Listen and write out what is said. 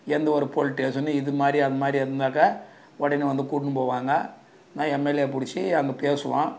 எந்த ஒரு போலீஸ்டேஷனும் இதுமாதிரி அதுமாதிரி இருந்தாக்கா உடனே வந்து கூட்டுன்னு போவாங்க நான் எம்எல்ஏவை பிடிச்சி அங்கே பேசுவோம்